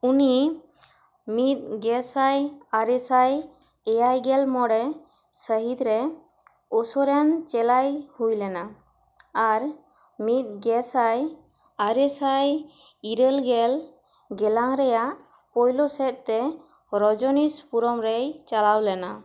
ᱩᱱᱤ ᱢᱤᱫ ᱜᱮᱥᱟᱭ ᱟᱨᱮ ᱥᱟᱭ ᱮᱭᱟᱭ ᱜᱮᱞ ᱢᱚᱬᱮ ᱥᱟᱹᱦᱤᱛ ᱨᱮ ᱳᱥᱩᱨᱮᱱ ᱪᱮᱞᱟᱭ ᱦᱩᱭ ᱞᱮᱱᱟ ᱟᱨ ᱢᱤᱫ ᱜᱮᱥᱟᱭ ᱟᱨᱮ ᱥᱟᱭ ᱤᱨᱟᱹᱞ ᱜᱮᱞ ᱜᱮᱞᱟᱝ ᱨᱮᱭᱟᱜ ᱯᱳᱭᱞᱳ ᱥᱮᱫ ᱛᱮ ᱨᱚᱡᱚᱱᱤᱥ ᱯᱩᱨᱚᱢ ᱨᱮᱭ ᱪᱟᱞᱟᱣ ᱞᱟᱱᱟ